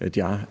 at jeg